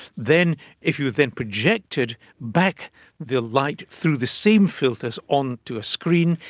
then if you then projected back the light through the same filters onto a screen,